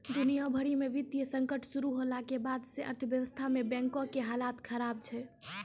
दुनिया भरि मे वित्तीय संकट शुरू होला के बाद से अर्थव्यवस्था मे बैंको के हालत खराब छै